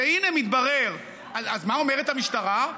אז מה אומרת המשטרה?